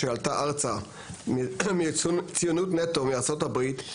שעלתה ארצה מציונות נטו מארה"ב,